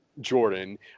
Jordan